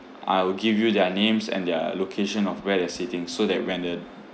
I will give you their names and their location of where they're sitting so that when the